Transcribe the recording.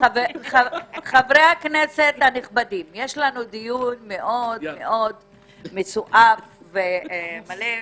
חברי הכנסת הנכבדים, יש לנו דיון מסועף ומלא.